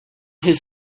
his